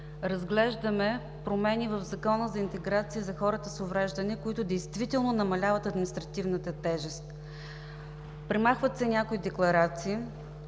разглеждаме промени в Закона за интеграция на хората с увреждания, които действително намаляват административната тежест. Премахват се някои декларации,